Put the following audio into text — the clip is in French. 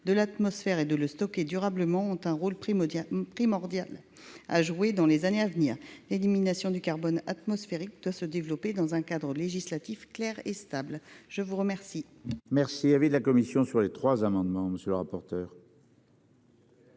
de l'atmosphère et de le stocker durablement ont un rôle primordial primordial à jouer dans les années à venir. L'élimination du carbone atmosphérique de se développer dans un cadre législatif clair et stable. Je vous remercie. Merci. Il y avait de la commission sur les trois amendements. Monsieur le rapporteur.